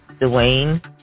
Dwayne